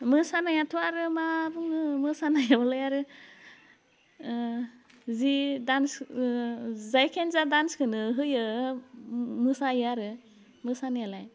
मोसानायाथ' आरो मा बुङो मोसानायावलाय आरो जि डान्स जायखियानो जाया डान्सखोनो होयो मो मोसायो आरो मोसानायालाय